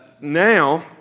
now